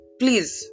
please